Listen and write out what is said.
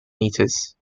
meters